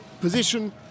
position